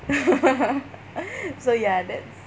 so ya that's